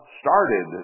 started